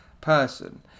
person